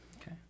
Okay